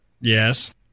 Yes